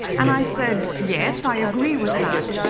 and i said, yes, i agree with that,